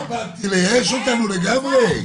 מה פה באתי לייאש אותנו לגמרי.